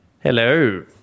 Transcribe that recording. Hello